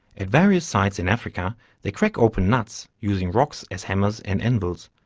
at various sites in africa they crack open nuts using rocks as hammers and anvils,